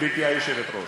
גברתי היושבת-ראש,